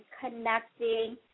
connecting